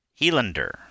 Helander